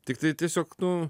tiktai tiesiog nu